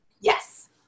Yes